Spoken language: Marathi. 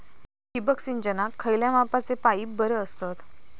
ठिबक सिंचनाक खयल्या मापाचे पाईप बरे असतत?